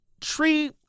tree